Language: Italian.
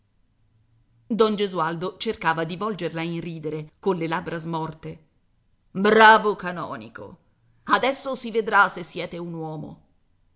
don gesualdo cercava di volgerla in ridere colle labbra smorte bravo canonico adesso si vedrà se siete un uomo